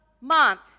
month